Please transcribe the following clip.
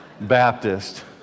baptist